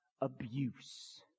abuse